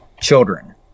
children